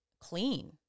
clean